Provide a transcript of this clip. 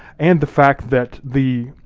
and the fact that the